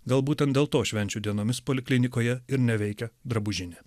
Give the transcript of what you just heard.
gal būtent dėl to švenčių dienomis poliklinikoje ir neveikia drabužinė